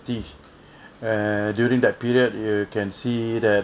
uh during that period you can see that